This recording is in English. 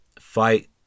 fight